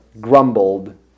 grumbled